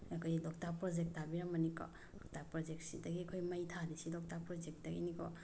ꯑꯩꯈꯣꯏ ꯂꯣꯛꯇꯥꯛ ꯄ꯭ꯔꯣꯖꯦꯛ ꯇꯥꯕꯤꯔꯝꯃꯅꯤꯀꯣ ꯂꯣꯛꯇꯥꯛ ꯄ꯭ꯔꯣꯖꯦꯛꯁꯤꯗꯒꯤ ꯑꯩꯈꯣꯏ ꯃꯩ ꯊꯥꯟꯂꯤꯁꯤ ꯂꯣꯛꯇꯥꯛ ꯄ꯭ꯔꯣꯖꯦꯛꯇꯒꯤꯅꯤꯀꯣ